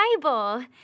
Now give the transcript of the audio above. Bible